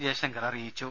ജയശങ്കർ അറിയിച്ചു